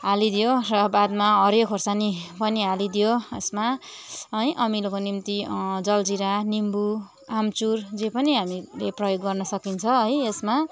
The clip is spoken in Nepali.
हालिदियो र बादमा हरियो खोर्सानी पनि हालिदियो यसमा है अमिलोको निम्ति जलजिरा निम्बू आमचुर जे पनि हामीले प्रयोग गर्न सकिन्छ है यसमा